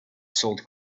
sold